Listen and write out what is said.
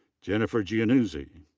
jennifer giannuzzi.